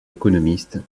économistes